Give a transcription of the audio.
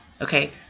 okay